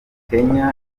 kenya